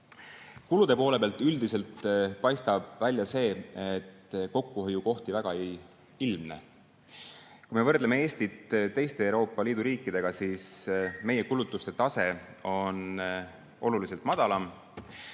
Kulude poole pealt üldiselt paistab välja see, et kokkuhoiukohti väga ei ilmne. Kui me võrdleme Eestit teiste Euroopa Liidu riikidega, siis meie kulutuste tase on oluliselt madalam.